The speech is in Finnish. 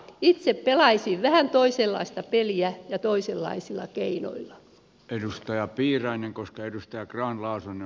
itse pelaisin vähän toisenlaista peliä ja toisenlaisilla keinoilla edustaja piirainen koska edustaja grahn laasonen